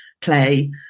play